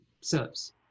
serves